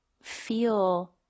feel